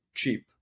cheap